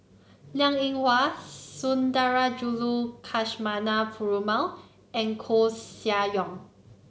Liang Eng Hwa Sundarajulu Perumal and Koeh Sia Yong